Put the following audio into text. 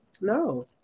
No